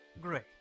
Great